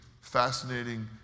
fascinating